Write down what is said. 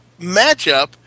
matchup